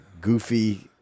goofy